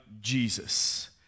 Jesus